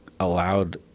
allowed